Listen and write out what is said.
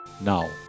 Now